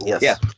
Yes